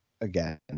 again